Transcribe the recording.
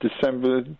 December